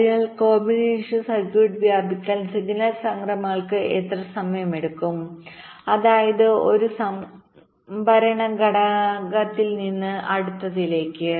അതിനാൽ കോമ്പിനേഷണൽ സർക്യൂട്ടിൽ വ്യാപിക്കാൻ സിഗ്നൽ സംക്രമണങ്ങൾക്ക് എത്ര സമയമെടുക്കും അതായത് 1 സംഭരണ ഘടകത്തിൽ നിന്ന് അടുത്തതിലേക്ക്